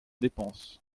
dépenses